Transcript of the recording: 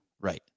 Right